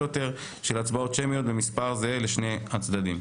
יותר של הצבעות שמיות במספר זהה לשני הצדדים.